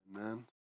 Amen